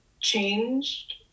changed